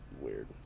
weird